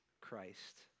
Christ